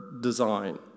design